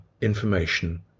information